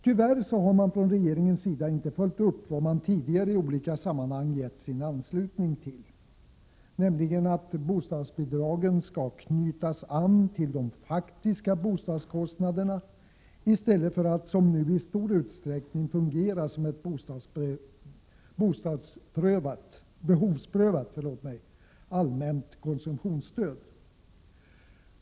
Tyvärr har regeringen inte följt upp vad den tidigare i olika sammanhang anslutit sig till, nämligen att bostadsbidragen skall anknytas till de faktiska bostadskostnaderna i stället för att som nu är fallet i stor utsträckning fungera som ett behovsprövat allmänt konsumtionsstöd.